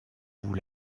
vous